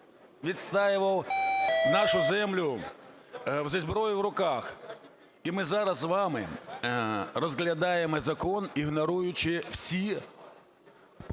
відстоював нашу землю зі зброєю в руках, і ми зараз з вами розглядаємо закон, ігноруючи всі